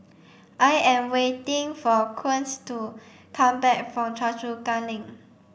I am waiting for Quint to come back from Choa Chu Kang Link